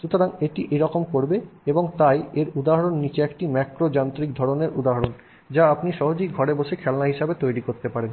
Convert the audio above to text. সুতরাং এটি এরকম করবে এবং তাই এর উদাহরণ এখানে একটি ম্যাক্রো যান্ত্রিক ধরণের উদাহরণ যা আপনি সহজেই ঘরে বসে খেলনা হিসাবে তৈরি করতে পারেন